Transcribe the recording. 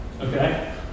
Okay